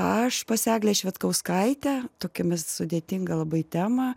aš pas eglę švedkauskaitę tokiomis sudėtingą labai temą